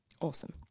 Awesome